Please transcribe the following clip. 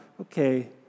okay